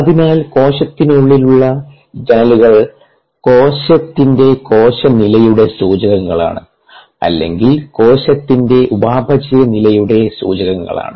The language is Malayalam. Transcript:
അതിനാൽ കോശത്തിലേക്കുള്ള ജനലുകൾ കോശത്തിൻറെ കോശ നിലയുടെ സൂചകങ്ങളാണ് അല്ലെങ്കിൽ കോശത്തിൻറെ ഉപാപചയ നിലയുടെ സൂചകങ്ങളാണ്